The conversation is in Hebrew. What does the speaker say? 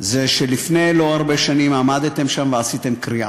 זה שלפני לא הרבה שנים עמדתם שם ועשיתם קריעה,